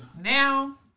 Now